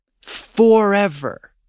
forever